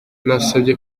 nasabye